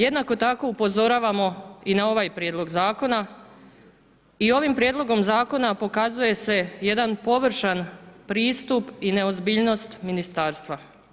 Jednako tako upozoravamo i na ovaj prijedlog zakona i ovim prijedlogom zakona pokazuje se jedan površan pristup i neozbiljnost ministarstva.